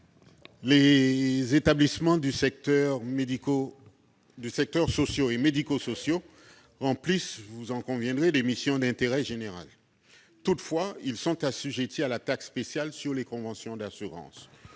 Les établissements des secteurs social et médico-social remplissent, vous en conviendrez, des missions d'intérêt général. Toutefois, ils sont assujettis à la taxe spéciale sur les conventions d'assurances.